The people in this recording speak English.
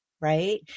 right